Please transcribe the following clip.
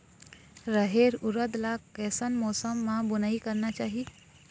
रहेर उरद ला कैसन मौसम मा बुनई करना चाही?